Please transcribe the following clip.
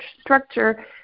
structure